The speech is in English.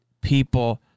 people